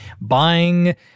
buying